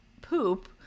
poop